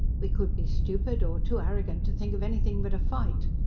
we could be stupid, or too arrogant to think of anything but a fight.